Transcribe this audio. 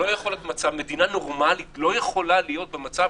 אבל מדינה נורמלית לא יכולה להיות במצב